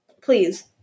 Please